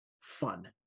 fun